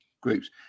groups